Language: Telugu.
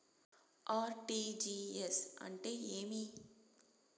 ఆర్.టి.జి.ఎస్ అంటే ఏమి?